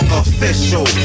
official